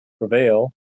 prevail